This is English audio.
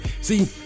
see